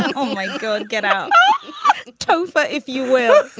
and um like go and get out tofor if you will.